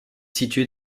situé